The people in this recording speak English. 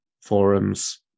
forums